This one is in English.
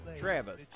Travis